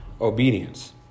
obedience